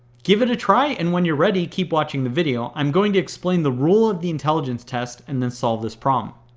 give it a try and when you are ready, keep watching the video, i'm going to explain the rule of the intelligence test and then solve this problem.